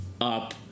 up